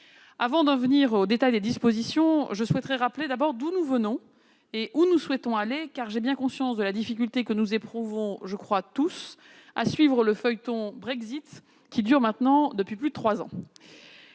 Avant d'en venir au détail des dispositions, je souhaiterais rappeler d'où nous venons et où nous souhaitons aller, car j'ai bien conscience de la difficulté que nous éprouvons tous à suivre le feuilleton du Brexit, qui dure maintenant depuis plus de trois ans.